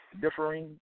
differing